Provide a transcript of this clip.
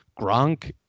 gronk